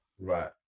Right